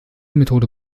methode